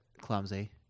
clumsy